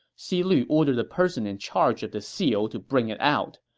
xi lu ordered the person in charge of the seal to bring it out.